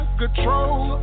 control